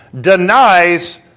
denies